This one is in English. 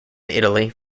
italy